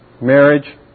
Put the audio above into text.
marriage